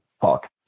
talk